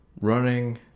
Running